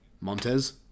Montez